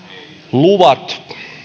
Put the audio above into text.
luvat